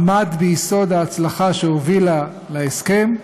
עמד ביסוד ההצלחה שהובילה להסכם.